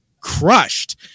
crushed